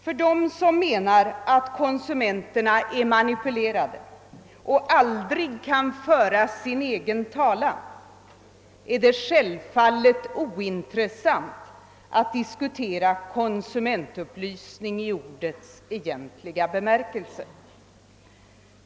För dem som menar att konsumenterna är manipulerade och aldrig kan föra sin egen talan är det självfallet ointressant att diskutera konsumentupplysning i ordets egentliga bemärkelse.